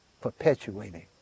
perpetuating